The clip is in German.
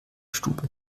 stube